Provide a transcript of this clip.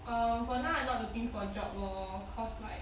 um for now I'm not looking for job lor cause like